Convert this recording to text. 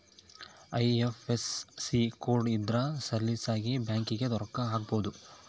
IFSC code ಇದ್ರ ಸಲೀಸಾಗಿ ಬ್ಯಾಂಕಿಗೆ ರೊಕ್ಕ ಹಾಕ್ಬೊದು